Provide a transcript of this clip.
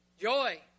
Joy